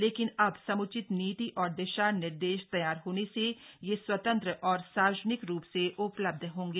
लेकिन अब सम्चित नीति और दिशा निर्देश तैयार होने से ये स्वतंत्र और सार्वजनिक रूप से उपलब्ध होंगे